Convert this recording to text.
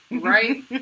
Right